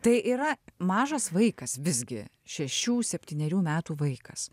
tai yra mažas vaikas visgi šešių septynerių metų vaikas